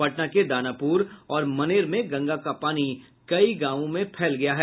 पटना के दानापुर और मनेर में गंगा का पानी कई गांवों में फैल गया है